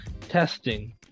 Testing